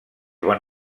van